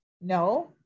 no